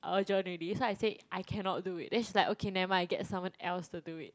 urgent already so I said I cannot do it then she's like okay never mind then get someone else to do it